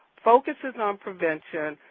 focuses on prevention,